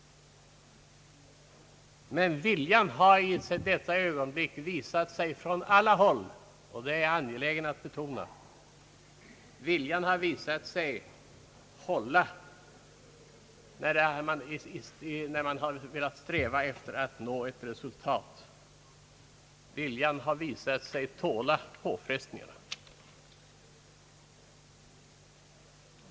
Men i dessa ögonblick har vilja visats ifrån alla håll — det är jag angelägen att betona — att tåla påfrestningarna för att nå ett resultat.